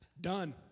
Done